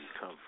come